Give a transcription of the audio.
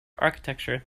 architecture